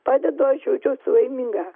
padedu aš jaučiuosi laiminga